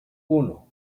uno